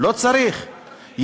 לא צריך,